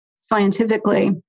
scientifically